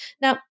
Now